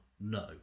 No